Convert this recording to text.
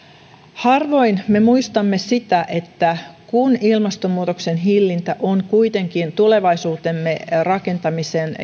harvoin me muistamme sitä kun ilmastonmuutoksen hillintä on kuitenkin tulevaisuutemme rakentamisen